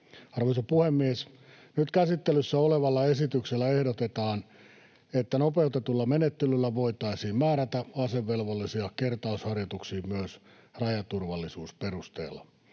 Arvoisa puhemies! Nyt käsittelyssä olevalla esityksellä ehdotetaan, että nopeutetulla menettelyllä voitaisiin määrätä asevelvollisia kertausharjoituksiin myös rajaturvallisuusperusteella.